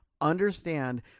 understand